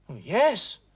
Yes